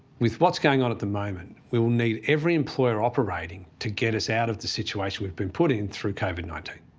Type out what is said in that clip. with what's going on at the moment, we will need every employer operating to get us out of the situation we've been put in through covid nineteen.